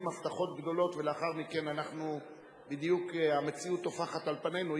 הבטחות גדולות ולאחר מכן בדיוק המציאות טופחת על פנינו,